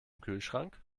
kühlschrank